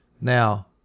Now